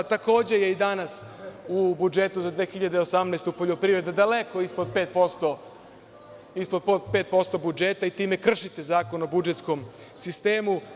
Takođe je i danas u budžetu za 2018. godinu poljoprivreda daleko ispod 5% budžeta i time kršite Zakon o budžetskom sistemu.